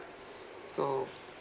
so